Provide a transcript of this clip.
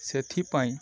ସେଥିପାଇଁ